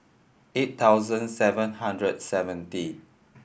eight thousand seven hundred seventy